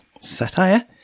Satire